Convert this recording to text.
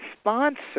Sponsor